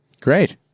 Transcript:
Great